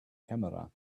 camera